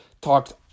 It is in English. Talked